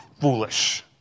foolish